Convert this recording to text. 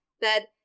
bed